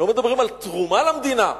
לא מדברים על תרומה למדינה.